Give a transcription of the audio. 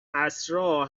عصرا